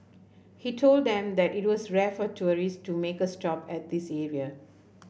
he told them that it was rare for tourists to make a stop at this area